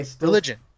Religion